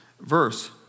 verse